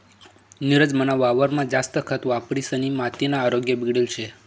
नीरज मना वावरमा जास्त खत वापरिसनी मातीना आरोग्य बिगडेल शे